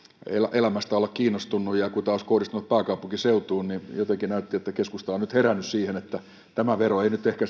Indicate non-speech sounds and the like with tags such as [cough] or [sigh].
elämästä olla kiinnostunut ja kun tämä olisi kohdistunut pääkaupunkiseutuun niin jotenkin näytti että keskusta on nyt herännyt siihen että tämän veron korotus ei nyt ehkä [unintelligible]